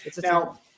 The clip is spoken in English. now